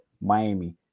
Miami